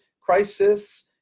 crisis